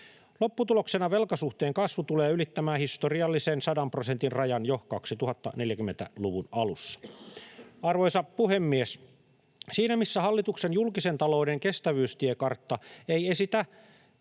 Lopputuloksena velkasuhteen kasvu tulee ylittämään historiallisen 100 prosentin rajan jo 2040-luvun alussa. Arvoisa puhemies! Siinä, missä hallituksen julkisen talouden kestävyystiekartta ei esitä